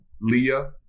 Leah